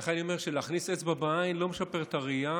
לכן אני אומר שלהכניס אצבע בעין לא משפר את הראייה,